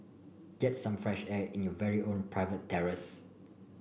get some fresh air in your very own private terrace